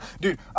Dude